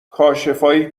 کاشفایی